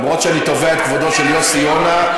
למרות שאני תובע את כבודו של יוסי יונה,